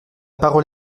parole